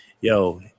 Yo